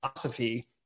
philosophy